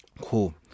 Cool